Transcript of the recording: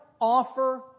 offer